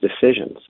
decisions